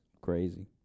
crazy